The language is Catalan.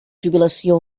jubilació